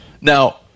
now